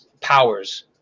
powers